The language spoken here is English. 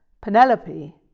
Penelope